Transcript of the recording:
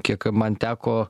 kiek man teko